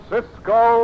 Cisco